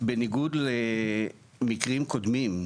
בניגוד למקרים קודמים,